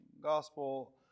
gospel